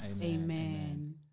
Amen